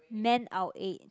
man our aid